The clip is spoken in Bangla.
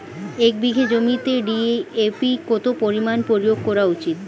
এক বিঘে জমিতে ডি.এ.পি কত পরিমাণ প্রয়োগ করা উচিৎ?